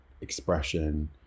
expression